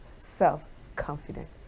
self-confidence